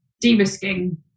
de-risking